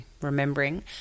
remembering